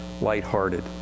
lighthearted